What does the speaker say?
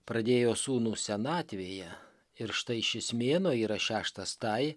pradėjo sūnų senatvėje ir štai šis mėnuo yra šeštas tai